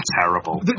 terrible